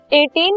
18